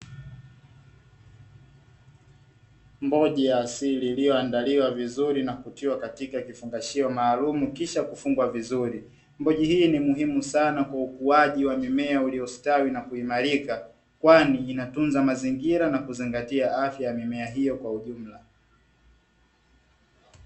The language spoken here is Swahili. Mboji ya asili iliyoandaluwa vizuri na kufiwa katika kifungashio maalumu kisha kufungwa vizuri. Mboji hii ni muhimu sana kwa ukuaji wa mimea uliostawi na kuimarika, kwani inatunza mazingira na kuzingatia afya ya mimea hiyo kwa ujumla.